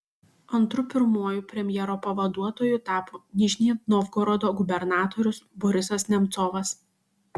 antru pirmuoju premjero pavaduotoju tapo nižnij novgorodo gubernatorius borisas nemcovas